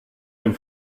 dem